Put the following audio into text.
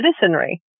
citizenry